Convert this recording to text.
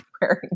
wearing